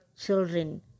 children